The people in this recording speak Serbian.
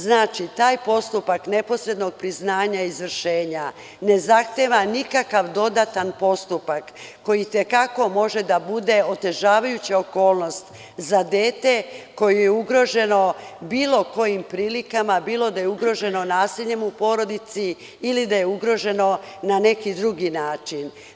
Znači, taj postupak neposrednog priznanja izvršenja ne zahteva nikakav dodatni postupak koji i te kako može da bude otežavajuća okolnost za dete koje je ugroženo bilo kojim prilikama, nasiljem u porodici ili da je ugroženo na neki drugi način.